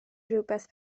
rywbeth